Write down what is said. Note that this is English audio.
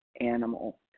animal